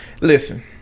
Listen